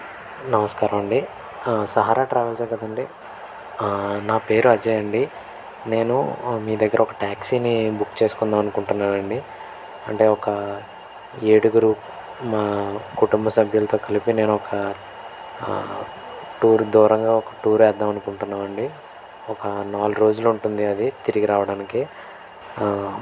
నమస్కారమండి సహారా ట్రావెల్సే కదండి నా పేరు అజయ్ అండి నేను మీ దగ్గర ఒక ట్యాక్సీని బుక్ చేసుకుందాము అనుకుంటున్నానండి అంటే ఒక ఏడుగురు మా కుటుంబ సభ్యులతో కలిపి నేను ఒక టూర్ దూరంగా ఒక టూర్ వేద్దాం అనుకుంటున్నాము అండి ఒక నాలుగు రోజులు ఉంటుంది అది తిరిగి రావడానికి